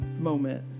moment